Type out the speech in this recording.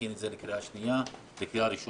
להכין את זה לקריאה ראשונה,